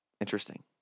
Interesting